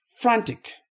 frantic